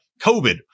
COVID